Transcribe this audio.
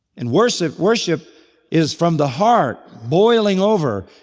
and worship worship is from the heart, boiling over.